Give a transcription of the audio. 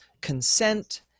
consent